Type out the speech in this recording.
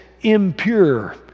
impure